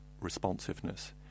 responsiveness